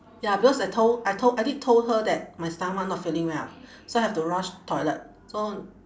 ya because I told I told I did told her that my stomach not feeling well so I have to rush toilet so